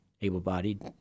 able-bodied